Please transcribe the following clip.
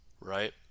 right